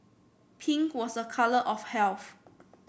pink was a colour of health